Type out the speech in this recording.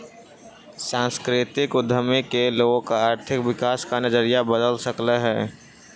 सांस्कृतिक उद्यमी लोगों का आर्थिक विकास का नजरिया बदल सकलई हे